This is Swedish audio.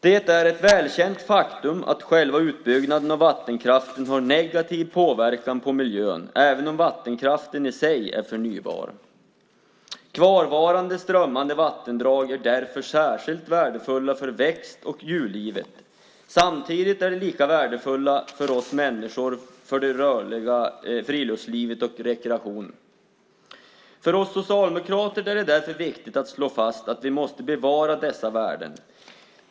Det är ett välkänt faktum att själva utbyggnaden av vattenkraften har negativ påverkan på miljön även om vattenkraften i sig är förnybar. Kvarvarande strömmande vattendrag är därför särskilt värdefulla för växt och djurlivet. Samtidigt är de lika värdefulla för oss människor, för det rörliga friluftslivet och för rekreation. För oss socialdemokrater är det därför viktigt att slå fast att vi måste bevara dessa värden.